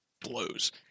blows